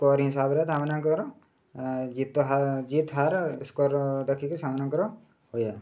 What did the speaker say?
score ହିସାବରେ ତାମାନଙ୍କର ଜିତ ହାର ଜିତ ହାର ସ୍କୋର୍ ଦେଖିକି ସେମାନଙ୍କର ହୁଏ